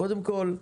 קודם כול,